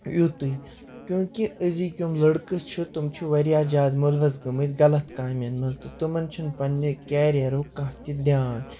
یُتُے کیونٛکہِ أزِکۍ یِم لٔڑکہٕ چھِ تِم چھِ واریاہ زیادٕ مُلوث گٲمٕتۍ غلط کامٮ۪ن منٛز تہٕ تِمَن چھِنہٕ پنٕنہِ کیریرُک کانٛہہ تہِ دیان